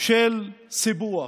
של סיפוח.